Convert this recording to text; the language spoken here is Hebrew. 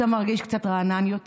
אתה מרגיש קצת רענן יותר.